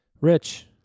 Rich